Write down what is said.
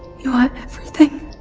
you are everything!